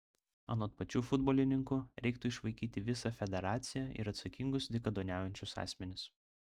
anot pačių futbolininkų reiktų išvaikyti visą federaciją ir atsakingus dykaduoniaujančius asmenis